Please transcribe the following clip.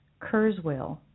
Kurzweil